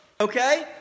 Okay